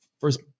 first